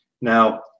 Now